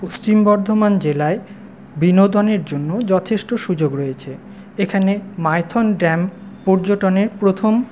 পশ্চিম বর্ধমান জেলায় বিনোদনের জন্য যথেষ্ট সুযোগ রয়েছে এখানে মাইথন ড্যাম পর্যটনের প্রথম